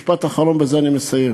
משפט אחרון, ובזה אני מסיים.